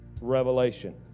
revelation